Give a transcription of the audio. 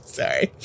sorry